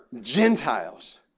Gentiles